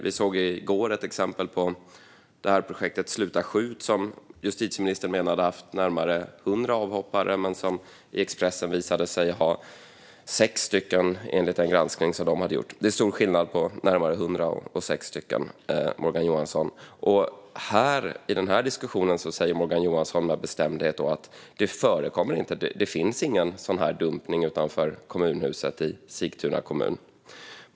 Vi såg i går ett exempel på projektet Sluta skjut, som justitieministern menade hade haft närmare 100 avhoppare men som i Expressen visade sig ha 6, enligt den granskning som de hade gjort. Det är stor skillnad på närmare 100 och 6, Morgan Johansson. I den här diskussionen säger Morgan Johansson med bestämdhet att det inte finns någon dumpning utanför kommunhuset i Sigtuna kommun.